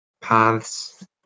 paths